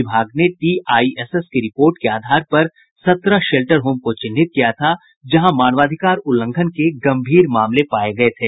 विभाग ने टीआईएसएस की रिपोर्ट के आधार पर सत्रह शेल्टर होम को चिन्हित किया था जहां मानवाधिकार उल्लंघन के गम्भीर मामले पाये गये थे